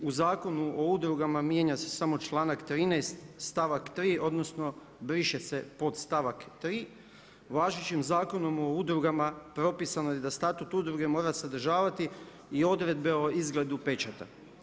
U Zakonu o udrugama mijenja se samo članak 13. stavak 3. odnosno briše se podstavak 3. Važećim Zakonom o udrugama, propisano je da statut udruge mora sadržavati i odredbe o izgledu pečata.